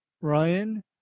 Ryan